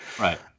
Right